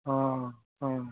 अ अ